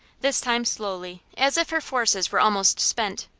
this time slowly, as if her forces were almost spent.